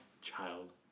Child